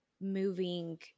moving